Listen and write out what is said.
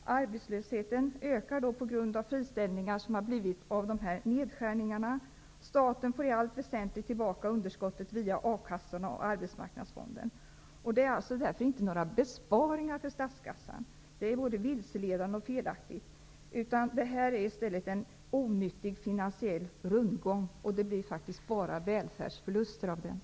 Arbetslösheten ökar på grund av de friställningar som blivit följd av nedskärningarna, och staten får i allt väsentligt tillbaka underskottet via a-kassorna och Arbetsmarknadsfonden. Det rör sig alltså inte om några besparingar för statskassan -- att påstå det är både vilseledande och felaktigt. Det rör sig i stället om en onyttig finansiell rundgång. Resultatet blir bara att vi förlorar i välfärd.